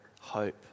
hope